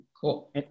cool